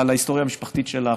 על ההיסטוריה המשפחתית שלך,